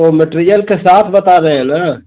तो मटेरियल के साथ बता रहे हैं न